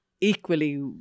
equally